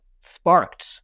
sparked